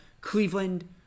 Cleveland